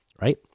right